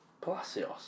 Palacios